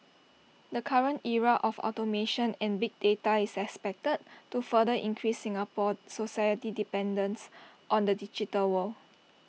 the current era of automation and big data is expected to further increase Singapore society's dependence on the digital world